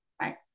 Right